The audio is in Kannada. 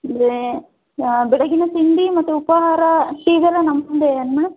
ಆಮೇಲೆ ಬೆಳಗ್ಗಿನ ತಿಂಡಿ ಮತ್ತು ಉಪಾಹಾರ ಟೀಗೆಲ್ಲ ನಮ್ಮದೇ ಏನು ಮೇಡಮ್